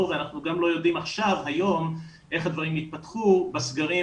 ואנחנו גם לא יודעים היום איך הדברים יתפתחו בסגרים,